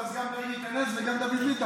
ואז גם טיבי ייכנס וגם דוד ביטן,